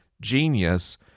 genius